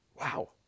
Wow